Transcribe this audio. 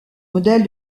modèle